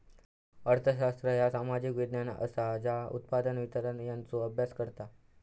अर्थशास्त्र ह्या सामाजिक विज्ञान असा ज्या उत्पादन, वितरण यांचो अभ्यास करता